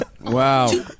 wow